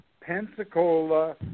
Pensacola